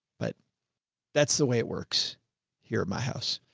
but that's the way it works here at my house.